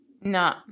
No